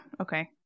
okay